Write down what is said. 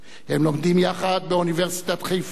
הם לומדים יחד באוניברסיטת חיפה,